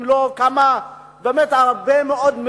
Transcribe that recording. הרבה מאוד,